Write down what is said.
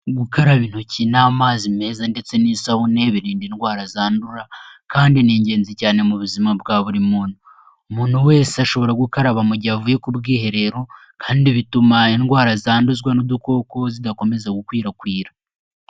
Gukaraba intoki n'amazi meza ndetse n'isabune birinda indwara zandura kandi ni ingenzi cyane mu buzima bwa buri muntu, umuntu wese ashobora gukaraba mu gihe avuye ku bwiherero kandi bituma indwara zanduzwa n'udukoko zidakomeza gukwirakwira.